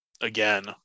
again